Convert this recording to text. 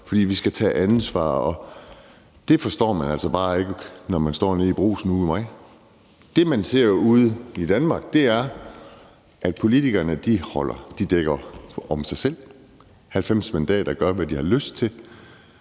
fordi vi skal tage ansvar. Og det forstår man altså bare ikke, når man står nede i brugsen ude ved mig. Det, man ser ude i Danmark, er, at politikerne dækker over sig selv – 90 mandater gør, hvad de har lyst til.